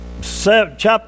chapter